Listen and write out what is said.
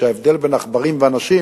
שההבדל בין עכברים ואנשים,